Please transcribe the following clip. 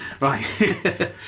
Right